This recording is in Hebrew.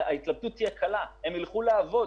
הם ילכו לעבוד,